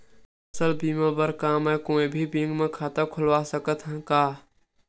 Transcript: फसल बीमा बर का मैं कोई भी बैंक म खाता खोलवा सकथन का?